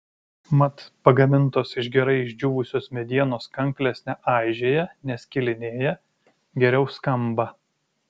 mat pagamintos iš gerai išdžiūvusios medienos kanklės neaižėja neskilinėja geriau skamba